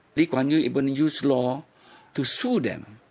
lee kuan yew but and used law to sue them.